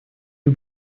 you